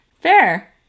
Fair